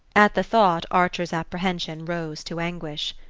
at the thought archer's apprehension rose to anguish.